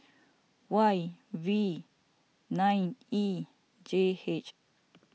Y V nine E J H